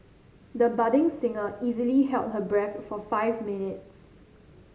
the budding singer easily held her breath for five minutes